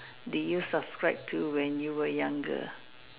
did you to subscribe to when you were younger